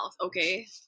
okay